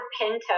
Pinto